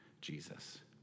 Jesus